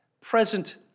present